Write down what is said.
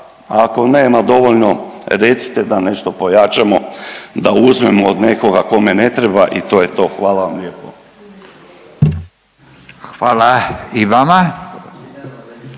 ako nema dovoljno recite da nešto pojačamo, da uzmemo od nekoga kome ne treba i to je to. Hvala vam lijepo. **Radin,